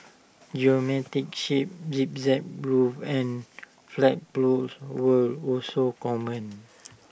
shapes zigzag and flagpoles were also common